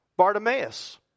Bartimaeus